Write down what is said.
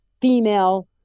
female